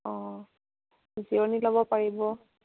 অঁ জিৰণি ল'ব পাৰিব